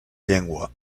llengua